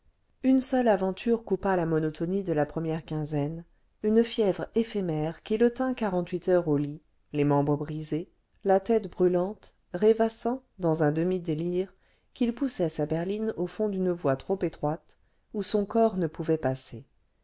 une seule aventure coupa la monotonie de la première quinzaine une fièvre éphémère qui le tint quarante-huit heures au lit les membres brisés la tête brûlante rêvassant dans un demi délire qu'il poussait sa berline au fond d'une voie trop étroite où son corps ne pouvait passer